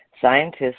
Scientists